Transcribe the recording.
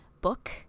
book